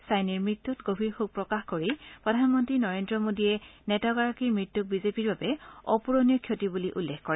চাইনিৰ মৃত্যুত গভীৰ শোক প্ৰকাশ কৰি প্ৰধানমন্তী নৰেন্দ্ৰ মোডীয়ে নেতাগৰাকীৰ মৃত্যুক বিজেপিৰ বাবে অপূৰণীয় ক্ষতি বুলি উল্লেখ কৰে